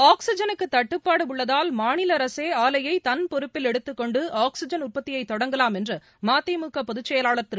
ஆக்ஸிஐனுக்குதட்டுப்பாடுஉள்ளதால் மாநிலஅரசேஆலையைதள் பொறுப்பில் எடுத்துக் கொண்டு ஆக்ஸிஜன் உற்பத்தியைதொடங்கலாம் என்றுமதிமுகபொதுச் செயலாளர் திரு